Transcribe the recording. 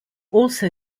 also